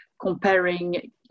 comparing